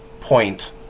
point